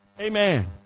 Amen